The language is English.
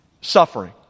Suffering